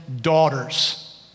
daughters